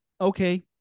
okay